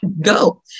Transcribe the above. go